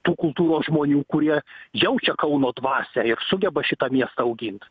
tų kultūros žmonių kurie jaučia kauno dvasią ir sugeba šitą miestą augint